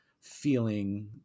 feeling